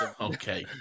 Okay